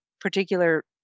particular